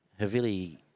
Havili